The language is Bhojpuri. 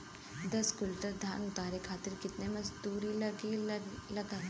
दस क्विंटल धान उतारे खातिर कितना मजदूरी लगे ला?